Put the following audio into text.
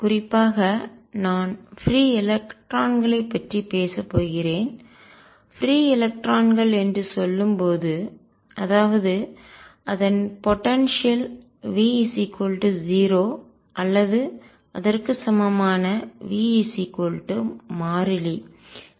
குறிப்பாக நான் பிரீ எலக்ட்ரான்களைப் பற்றி பேசப் போகிறேன் பிரீ எலக்ட்ரான்கள் என்று சொல்லும்போது அதாவது அதன் போடன்சியல் ஆற்றலையும் V 0 அல்லது அதற்கு சமமான V மாறிலி